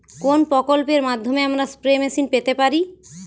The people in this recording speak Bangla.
কোন প্রকল্পের মাধ্যমে আমরা স্প্রে মেশিন পেতে পারি?